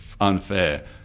unfair